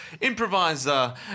improviser